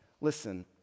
Listen